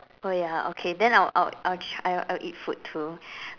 oh ya okay then I would I would I would I'll try I would eat food too